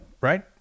right